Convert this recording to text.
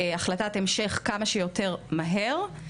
החלטת המשך כמה שיותר מהר,